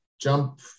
jump